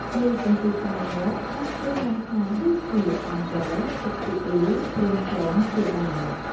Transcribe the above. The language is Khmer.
មួយសន្ទុះក្រោយមក ដាក់គ្រឿងបន្ថែមដូចជា អំបិល ទឹកស៊ីអ៊ីវប្រេងខ្យងជាដើម។